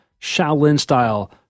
Shaolin-style